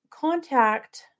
Contact